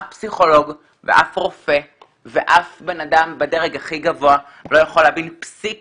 אף פסיכולוג ואף רופא ואף בן אדם בדרג הכי גבוה לא יכול להבין פסיק